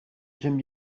j’aime